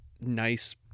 nice